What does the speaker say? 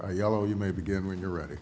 mr yellow you may begin when you're ready